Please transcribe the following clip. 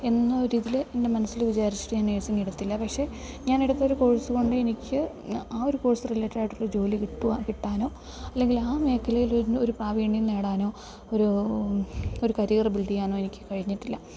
എന്നൊരു ഇതിൽ എൻ്റെ മനസ്സിൽ വിചാരിച്ചിട്ട് ഞാൻ നേഴ്സിങ് എടുത്തില്ല പക്ഷേ ഞാൻ എടുത്തൊരു കോഴ്സ് കൊണ്ട് എനിക്ക് ആ ഒരു കോഴ്സ് റിലേറ്റഡായിട്ടൊരു ജോലി കിട്ടാൻ കിട്ടാനോ അല്ലെങ്കിൽ ആ മേഖലയിൽ ഒരു പ്രാവീണ്യം നേടാനോ ഒരു ഒരു കരിയർ ബിൽഡ് ചെയ്യാനോ എനിക്ക് കഴിഞ്ഞിട്ടില്ല